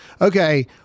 okay